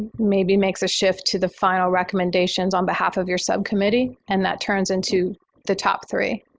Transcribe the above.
maybe makes a shift to the final recommendations on behalf of your subcommittee and that turns into the top three.